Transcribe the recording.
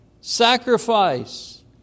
sacrifice